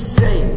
say